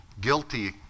guilty